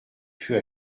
peu